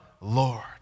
Lord